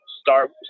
start